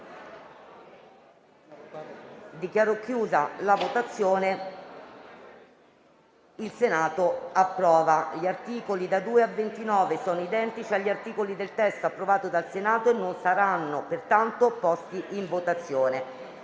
Senato approva**. *(v. Allegato B)*. Gli articoli da 2 a 29 sono identici agli articoli del testo approvato dal Senato e non saranno pertanto posti in votazione.